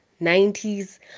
90s